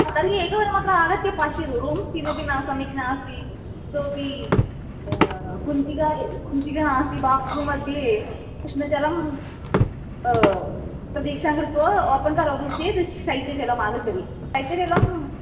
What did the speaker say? तर्हि एकवारमत्र आगत्य पश्यतु रूम्स् किमपि न सम्यक् नास्ति इतोपि कुञ्चिका कुञ्चिका नास्ति बात्रूं मध्ये उष्णजलं प्रतीक्षाङ्कृत्वा ओपन् करोति चेत् शैत्यजलमागच्छति शैत्यजलं